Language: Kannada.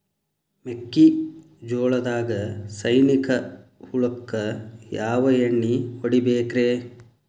ಮೆಕ್ಕಿಜೋಳದಾಗ ಸೈನಿಕ ಹುಳಕ್ಕ ಯಾವ ಎಣ್ಣಿ ಹೊಡಿಬೇಕ್ರೇ?